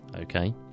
Okay